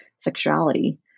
sexuality